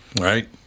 right